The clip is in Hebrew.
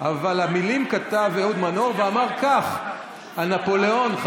אבל את המילים כתב אהוד מנור ואמר כך על נפוליאון,